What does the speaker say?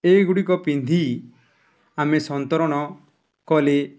ଏଗୁଡ଼ିକ ପିନ୍ଧି ଆମେ ସନ୍ତରଣ କଲେ